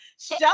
show